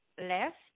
left